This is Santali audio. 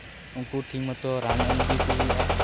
ᱩᱱᱠᱩ ᱴᱷᱤᱠ ᱢᱚᱛᱚ ᱨᱟᱱ ᱮᱢ ᱤᱫᱤᱭᱟᱠᱚ ᱦᱩᱭᱩᱜᱼᱟ